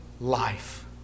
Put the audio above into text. life